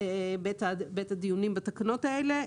בעת הדיונים בתקנות האלה.